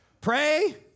Pray